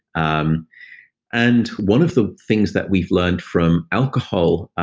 um and one of the things that we've learned from alcohol,